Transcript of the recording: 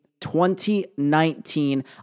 2019